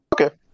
Okay